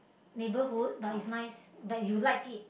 neighbourhood but is nice but you like it